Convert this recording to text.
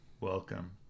welcome